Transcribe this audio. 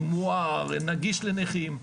מואר, נגיש לנכים.